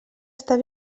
estar